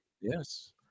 Yes